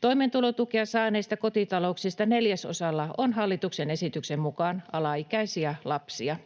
Toimeentulotukea saaneista kotitalouksista neljäsosalla on hallituksen esityksen mukaan alaikäisiä lapsia.